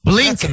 Blink